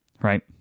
right